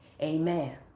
Amen